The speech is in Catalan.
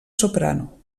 soprano